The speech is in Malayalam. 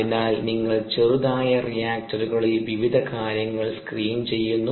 അതിനാൽ നിങ്ങൾ ചെറുതായ റിയാക്ടറുകളിൽ വിവിധ കാര്യങ്ങൾ സ്ക്രീൻ ചെയ്യുന്നു